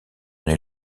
une